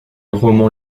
romans